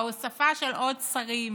ההוספה של עוד שרים,